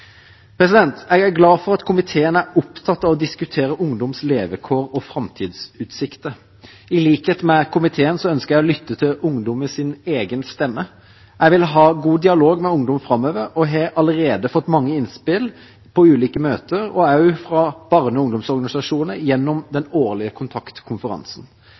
driftsstøtte. Jeg er glad for at komiteen er opptatt av å diskutere ungdoms levekår og framtidsutsikter. I likhet med komiteen ønsker jeg å lytte til ungdommens egen stemme. Jeg vil ha god dialog med ungdom framover og har allerede fått mange innspill på ulike møter, og også fra barne- og ungdomsorganisasjonene gjennom den årlige kontaktkonferansen.